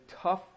tough